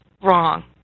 wrong